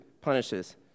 punishes